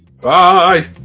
bye